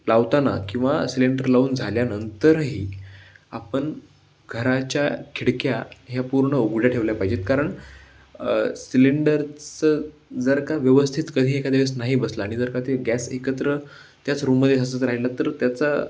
लावताना किंवा सिलेंडर लावून झाल्यानंतरही आपण घराच्या खिडक्या ह्या पूर्ण उघड्या ठेवल्या पाहिजेत कारण सिलेंडरचं जर का व्यवस्थित कधी एकाद्या वेळेस नाही बसला आणि जर का ते गॅस एकत्र त्याच रूममध्ये पसरत राहिला तर त्याचा